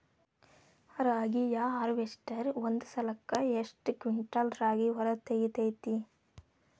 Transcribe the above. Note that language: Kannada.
ರಾಗಿಯ ಹಾರ್ವೇಸ್ಟರ್ ಒಂದ್ ಸಲಕ್ಕ ಎಷ್ಟ್ ಕ್ವಿಂಟಾಲ್ ರಾಗಿ ಹೊರ ತೆಗಿತೈತಿ?